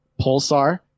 Pulsar